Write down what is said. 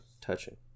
touching